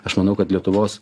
aš manau kad lietuvos